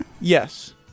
Yes